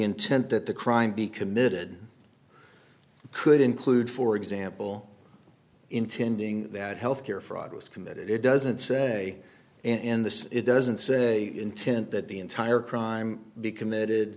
intent that the crime be committed could include for example intending that health care fraud was committed it doesn't say in this it doesn't say intent that the entire crime be committed